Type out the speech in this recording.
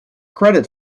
credit